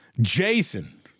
Jason